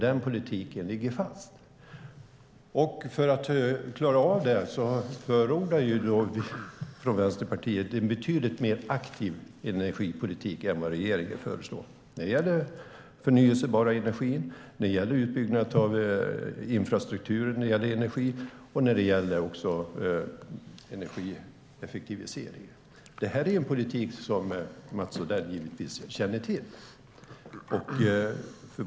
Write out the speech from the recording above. Den politiken ligger fast. För att klara av det förordar vi från Vänsterpartiet en betydligt mer aktiv energipolitik än vad regeringen föreslår när det gäller förnybar energi, utbyggnad av infrastruktur i fråga om energi och beträffande energieffektivisering. Det är en politik som Mats Odell känner till.